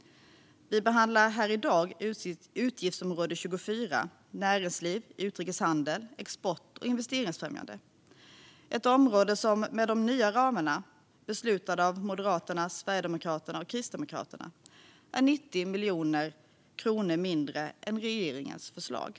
Vi behandlar här i dag utgiftsområde 24, Näringsliv, utrikeshandel, export och investeringsfrämjande. Det är ett område som med de nya ramarna, beslutade av Moderaterna, Sverigedemokraterna och Kristdemokraterna, får 90 miljoner kronor mindre än med regeringens förslag.